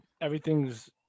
everything's